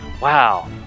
Wow